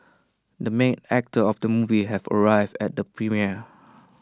the main actor of the movie has arrived at the premiere